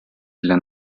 для